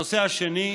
הנושא השני: